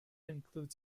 includes